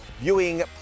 viewing